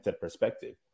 perspective